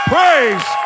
Praise